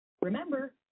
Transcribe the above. Remember